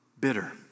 bitter